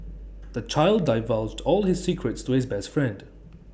the child divulged all his secrets to his best friend